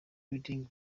building